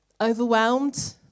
Overwhelmed